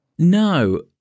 No